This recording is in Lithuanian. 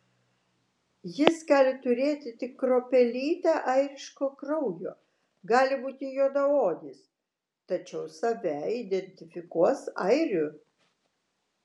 jis gali turėti tik kruopelytę airiško kraujo gali būti juodaodis tačiau save identifikuos airiu